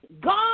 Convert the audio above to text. God